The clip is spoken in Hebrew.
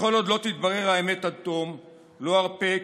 וכל עוד לא תתברר האמת עד תום לא ארפה.